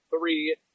three